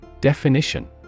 Definition